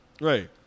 Right